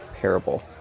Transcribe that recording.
parable